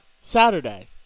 Saturday